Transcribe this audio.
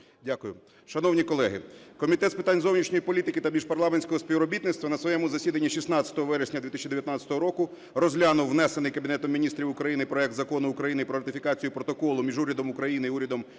Дякую. Шановні колеги, Комітет з питань зовнішньої політики та міжпарламентського співробітництва на своєму засіданні 16 вересня 2019 року розглянув внесений Кабінетом Міністрів України проект Закону України про ратифікацію Протоколу між Урядом України і Урядом